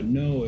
no